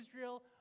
israel